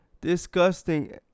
disgusting